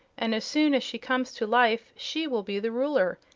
and as soon as she comes to life she will be the ruler,